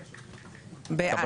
בעד.